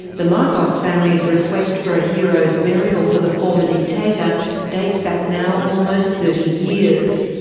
the marcos family's request for a hero's burial for the former dictator dates back now almost thirty years.